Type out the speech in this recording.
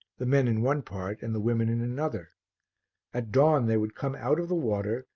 the men in one part and the women in another at dawn they would come out of the water,